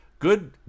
Good